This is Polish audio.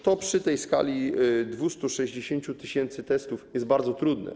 To przy tej skali 260 tys. testów jest bardzo trudne.